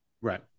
Right